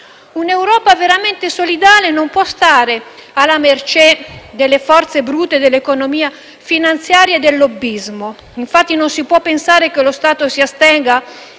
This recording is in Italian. Un'Europa veramente solidale non può stare alla mercé delle forze brute dell'economia finanziaria e del lobbismo. Non si può pensare infatti che lo Stato si astenga